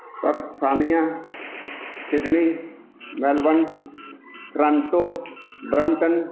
Armenia Sydney Melbourne Toronto Brampton